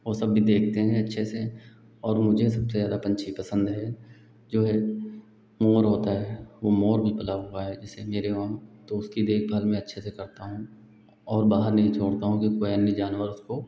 और सब भी देखते हैं अच्छे से और मुझे सबसे ज़्यादा पक्षी पसंद हैं जो मोर होता है वह मोर भी पला हुआ है जिससे मेरे यहाँ तो उसकी देखभाल मैं अच्छे से करता हूँ और बाहर नहीं छोड़ता हूँ कि अन्य जानवर उसको